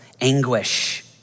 anguish